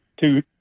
two